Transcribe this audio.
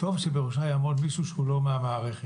טוב שבראשה יעמוד מישהו שהוא לא מהמערכת.